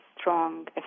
strong